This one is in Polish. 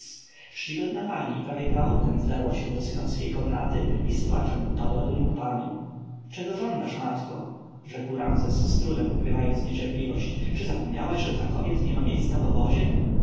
czcigodna pani prawie gwałtem wdarła się do synowskiej komnaty i z płaczem upadła do nóg panu czego żądasz matko rzekł ramzes z trudem ukrywając niecierpliwość czy zapomniałaś że dla kobiet niema miejsca w